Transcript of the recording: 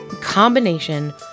combination